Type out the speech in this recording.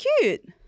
cute